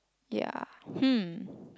ya hmm